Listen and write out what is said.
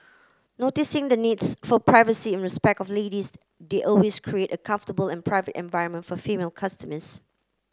noticing the needs for privacy and respect of ladies they always create a comfortable and private environment for female customers